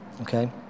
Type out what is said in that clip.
Okay